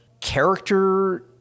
character